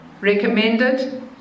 recommended